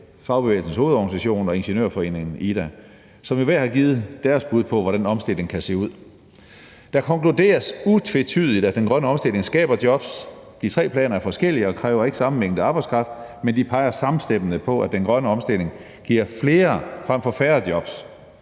Fagbevægelsens Hovedorganisation og IDA, som jo hver har givet deres bud på, hvordan omstillingen kan se ud. Der konkluderes utvetydigt, at den grønne omstilling skaber jobs. De tre planer er forskellige og kræver ikke samme mængde arbejdskraft, men de peger samstemmende på, at den grønne omstilling giver flere og ikke færre jobs.